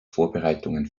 vorbereitungen